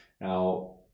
Now